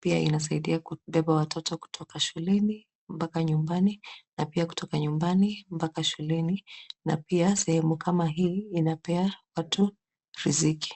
Pia inasaidia kubeba watoto kutoka shuleni, mpaka nyumbani, na pia kutoka nyumbani mpaka shuleni na pia sehemu kama hii inapea watu riziki.